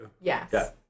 yes